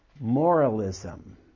moralism